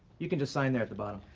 you can just sign there at the bottom.